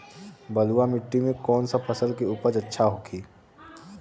बलुआ मिट्टी में कौन सा फसल के उपज अच्छा होखी?